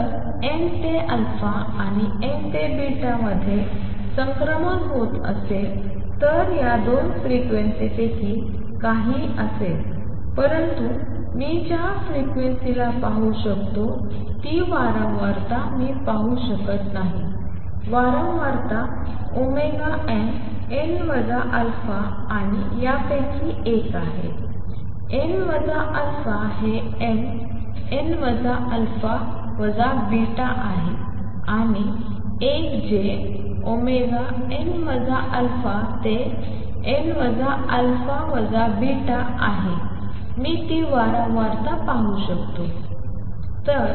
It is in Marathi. जर n ते α आणि n ते मध्ये संक्रमण होत असेल तर या दोन फ्रिक्वेन्सीपैकी काही असेल परंतु मी ज्या फ्रिक्वेन्सीला पाहू शकतो ती वारंवारता मी पाहू शकत नाही वारंवारता nn α आणि यापैकी एक आहे n α हे nn α β आहे आणि एक जे n α तेn α β आहे मी ती वारंवारता पाहू शकतो